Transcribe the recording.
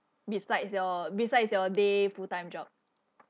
besides your besides your day full-time job